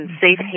safe